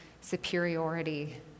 superiority